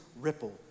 ripple